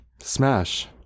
Smash